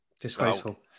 Disgraceful